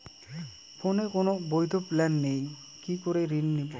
ফোনে কোন বৈধ প্ল্যান নেই কি করে ঋণ নেব?